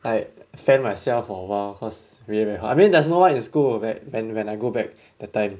like fan myself for a while cause really very hot I mean there's no one in school that when when I go back that time